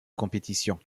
compétition